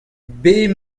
bet